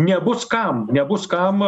nebus kam nebus kam